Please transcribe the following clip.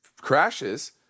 crashes